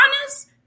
honest